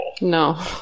No